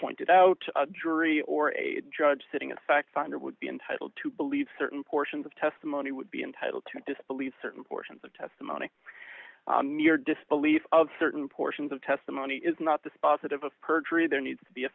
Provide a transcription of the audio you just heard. pointed out a jury or a judge sitting a fact finder would be entitled to believe certain portions of testimony would be entitled to disbelieve certain portions of testimony your disbelief of certain portions of testimony is not dispositive of perjury there needs to be a